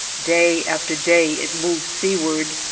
day after day it moves sea ward,